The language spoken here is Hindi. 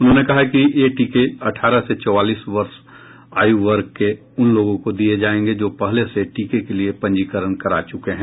उन्होंने कहा कि ये टीके अठारह से चौवालीस वर्ष आय वर्ग के उन लोगों को दिये जायेंगे जो पहले से टीके के लिए पंजीकरण करा चुके हैं